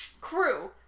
crew